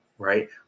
Right